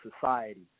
Society